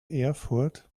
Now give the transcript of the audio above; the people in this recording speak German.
erfurt